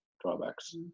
drawbacks